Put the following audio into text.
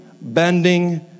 bending